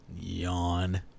Yawn